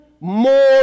more